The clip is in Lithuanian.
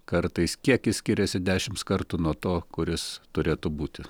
kartais kiekis skiriasi dešimt kartų nuo to kuris turėtų būti